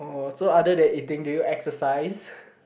or so other than eating do you exercise